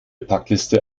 packliste